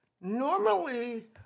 Normally